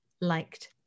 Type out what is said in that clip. liked